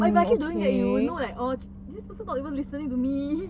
but if I keep doing that then you will know like orh this person not even listening to me